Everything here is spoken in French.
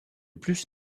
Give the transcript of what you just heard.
plus